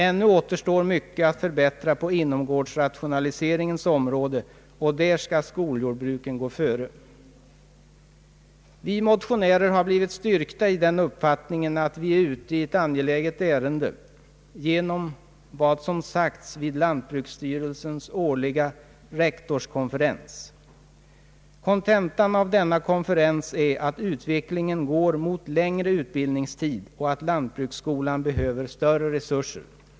Ännu återstår mycket att förbättra på inomgårdsrationaliseringens område, och där skall skoljordbruken gå före. Vi motionärer har blivit styrkta i den uppfattningen att vi är ute i ett angeläget ärende genom vad som sades vid lantbruksstyrelsens årliga rektorskonferens. Kontentan av denna konferens är att utvecklingen går mot en längre utbildningstid och att lantbruksskolan behöver större resurser.